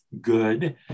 good